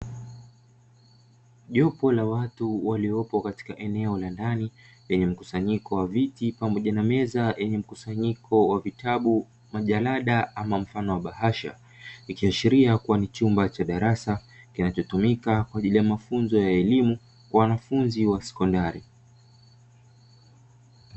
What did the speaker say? Jopo la watu waliopo katika eneo la ndani, lenye mkusanyiko wa viti pamoja na meza, yenye mkusanyiko wa vitabu, majalada ama mfano wa bahasha. Likiashiria kua ni chumba cha darasa kinachotumika kwa ajili ya mafunzo ya elimu, kwa wanafunzi wa sekondari.